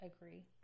agree